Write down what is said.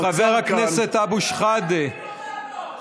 חבר הכנסת אבו שחאדה,